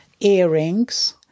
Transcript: earrings